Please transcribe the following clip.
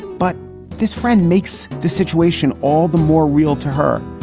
but this friend makes the situation all the more real to her.